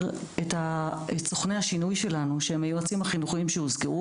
את סוכני השינוי שלנו שהם היועצים החינוכיים שהוזכרו